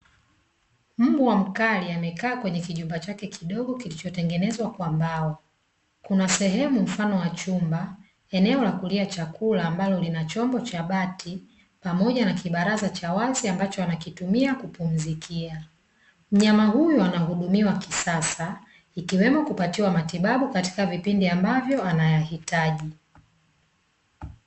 Mbwa mkali amekaa kwenye kijumba chake kidogo kilichotengenezwa kwa mbao. Kuna sehemu mfano wa chumba, eneo la kulia chakula ambalo lina chombo cha bati, pamoja na kibaraza cha wazi ambacho anakitumia kupumzikia. Mnyama huyu anahudumiwa kisasa ikiwemo kupatiwa matibabu katika vipindi ambavyo anayahitaji.